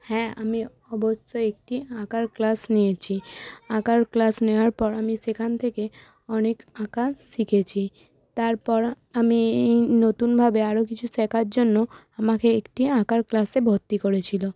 হ্যাঁ আমি অবশ্যই একটি আঁকার ক্লাস নিয়েছি আঁকার ক্লাস নেওয়ার পর আমি সেখান থেকে অনেক আঁকা শিখেছি তারপর আ আমি নতুনভাবে আরও কিছু শেখার জন্য আমাকে একটি আঁকার ক্লাসে ভর্তি করেছিলো